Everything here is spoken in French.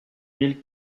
mille